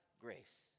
grace